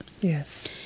Yes